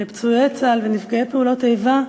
לפצועי צה"ל ונפגעי פעולות האיבה,